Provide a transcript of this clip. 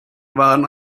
waren